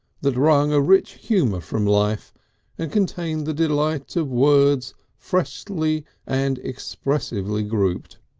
that wrung a rich humour from life and contained the delight of words freshly and expressively grouped.